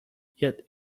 yet